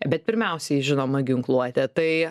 bet pirmiausiai žinoma ginkluotė tai